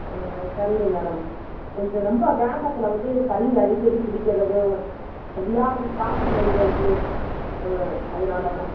ஆ ஆ சரிங்க மேடம் கொஞ்சம் ரொம்ப கிராமத்தில் வந்து சளி அடிக்கடிப் பிடிக்கறதும் வியாதி காச நோய் வருது அதனால தான்